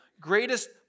greatest